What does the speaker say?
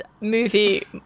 movie